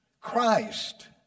Christ